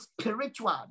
spiritual